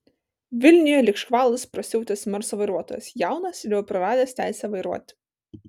vilniuje lyg škvalas prasiautęs merso vairuotojas jaunas ir jau praradęs teisę vairuoti